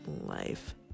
life